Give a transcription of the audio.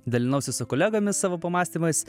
dalinausi su kolegomis savo pamąstymais